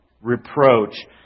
Reproach